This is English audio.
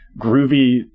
groovy